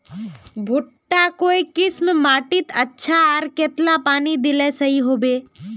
भुट्टा काई किसम माटित अच्छा, आर कतेला पानी दिले सही होवा?